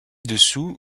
dessous